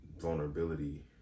vulnerability